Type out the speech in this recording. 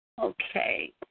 Okay